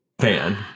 fan